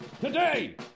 today